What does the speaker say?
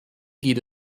geht